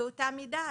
באותה מידה,